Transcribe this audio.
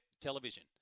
television